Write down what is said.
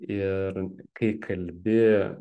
ir kai kalbi